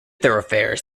thoroughfares